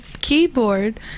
keyboard